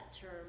term